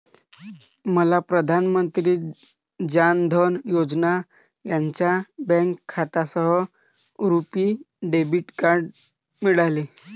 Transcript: मला प्रधान मंत्री जान धन योजना यांच्या बँक खात्यासह रुपी डेबिट कार्ड मिळाले